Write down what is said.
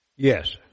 Yes